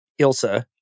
Ilsa